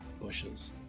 bushes